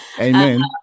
Amen